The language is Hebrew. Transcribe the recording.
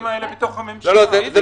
זה לא התבקש.